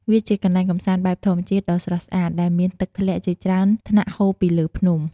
វាជាកន្លែងកម្សាន្តបែបធម្មជាតិដ៏ស្រស់ស្អាត ដែលមានទឹកធ្លាក់ជាច្រើនថ្នាក់ហូរពីលើភ្នំ។